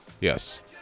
Yes